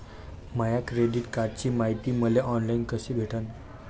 माया credit कार्डची मायती मले ऑनलाईन कसी भेटन?